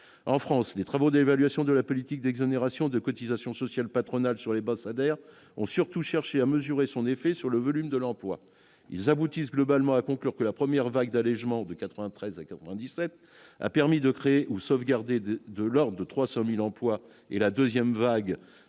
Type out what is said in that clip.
en France, les travaux d'évaluation de la politique d'exonération de cotisations sociales patronales sur les bas salaires ont surtout cherché à mesurer son effet sur le volume de l'emploi, ils aboutissent globalement à conclure que la première vague d'allégement de 93 à 97 a permis de créer ou sauvegarder de de Delors de 300000 emplois et la 2ème vague